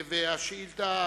על השאילתא